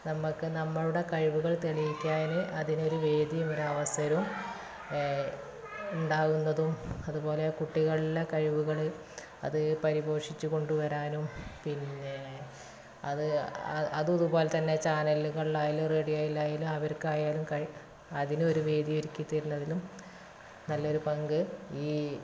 നമുക്ക് നമ്മളുടെ കഴിവുകൾ തെളിയിക്കാൻ അതിനൊരു വേദിയും ഒരു അവസരവും ഉണ്ടാവുന്നതും അതുപോലെ കുട്ടികളിലെ കഴിവുകൾ അത് പരിപോഷിച്ച് കൊണ്ടുവരാനും പിന്നെ അത് അതും ഇതുപോലെത്തന്നെ ചാനലുകളിൽ ആയാലും റേഡിയോയിൽ ആയാലും അവർക്ക് ആയാലും അതിന് ഒരു വേദി ഒരുക്കി തരുന്നതിനും നല്ലൊരു പങ്ക് ഈ